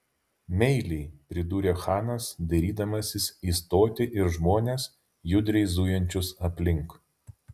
meiliai pridūrė chanas dairydamasis į stotį ir žmones judriai zujančius aplink